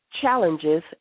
challenges